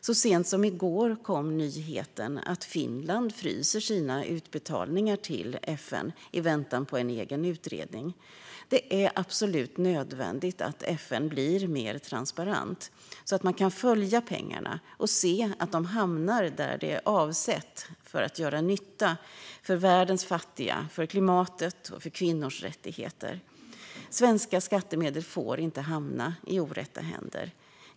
Så sent som i går kom nyheten att Finland fryser sina utbetalningar till FN i väntan på en egen utredning. Det är absolut nödvändigt att FN blir mer transparent, så att man kan följa pengarna och se att de hamnar där de är avsedda för att göra nytta för världens fattiga, för klimatet och för kvinnors rättigheter. Svenska skattemedel får inte hamna i orätta händer.